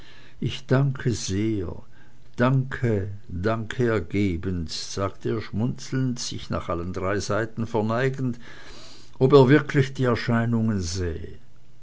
ich danke sehr danke danke ergebenst sagte er schmunzelnd sich nach drei seiten verneigend als ob er wirklich die erscheinungen sähe